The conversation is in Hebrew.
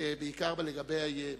בעיקר לגבי ינוקות,